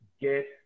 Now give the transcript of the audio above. get